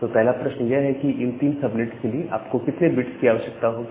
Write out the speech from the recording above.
तो पहला प्रश्न यह है कि इन 3 सबनेट्स के लिए आपको कितने बिट्स की आवश्यकता होगी